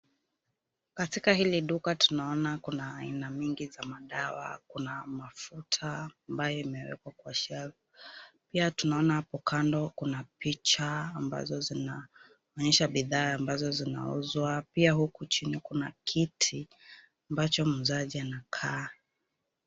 Katika hili duka tunaona kuna aina mingi za madawa. Kuna mafuta, ambayo imewekwa kwa shelf . Pia tunaona hapo kando kuna picha, ambazo zinaonyesha bidhaa ambazo zinauzwa. Pia huku chini kuna kiti, ambacho mzazi anakaa.